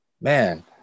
man